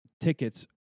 tickets